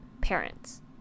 parents